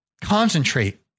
concentrate